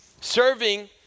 Serving